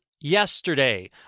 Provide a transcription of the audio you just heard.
yesterday